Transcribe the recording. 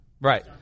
Right